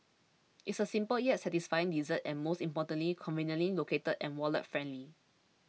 it's a simple yet satisfying dessert and most importantly conveniently located and wallet friendly